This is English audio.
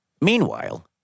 Meanwhile